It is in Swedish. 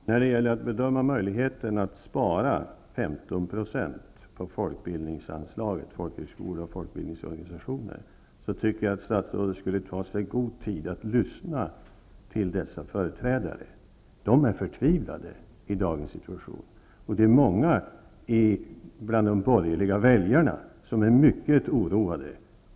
Herr talman! När det gäller att bedöma möjligheterna att spara 15 % på folkbildningsanslaget till folkhögskolor och folkbildningsorganisationer tycker jag att statsrådet skulle ta sig god tid att lyssna på dessa organisationers företrädare. De är förtvivlade över dagens situation. Många bland de borgerliga väljarna är mycket oroade